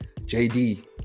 JD